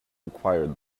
required